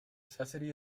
necessity